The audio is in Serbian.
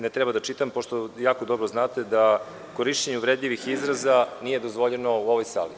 Ne treba da čitam pošto vi jako dobro znate da korišćenje uvredljivih izraza nije dozvoljeno u ovoj sali.